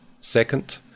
Second